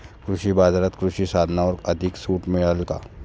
कृषी बाजारात कृषी साधनांवर अधिक सूट मिळेल का?